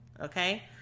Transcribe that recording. okay